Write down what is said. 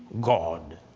God